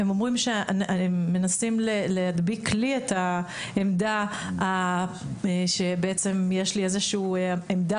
הם מנסים להדביק לי את העמדה שבעצם יש לי איזושהי עמדה